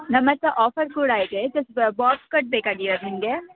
ನಮ್ಮತ್ತಿರ ಆಫರ್ ಕೂಡ ಇದೆ ಜಸ್ಟ್ ಬಾಬ್ ಕಟ್ ಬೇಕಾಗಿರೊದು ನಿಮಗೆ